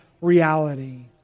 reality